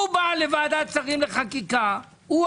הוא בא לוועדת שרים לחקיקה הוא,